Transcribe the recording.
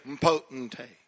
potentate